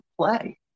play